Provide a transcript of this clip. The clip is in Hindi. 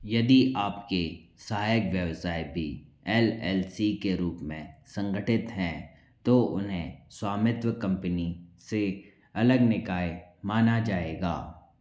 यदि आपके सहायक व्यवसाय भी एल एल सी के रूप में संगठित हैं तो उन्हें स्वामित्व कंपनी से अलग निकाय माना जाएगा